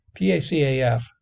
PACAF